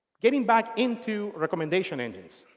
getting back into recommendation engines.